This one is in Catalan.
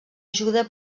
ajuda